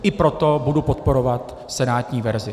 I proto budu podporovat senátní verzi.